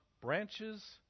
branches